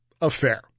affair